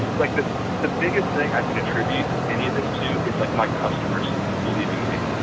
like the the biggest thing i can attribute any of this to is like my customers believing me,